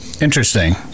Interesting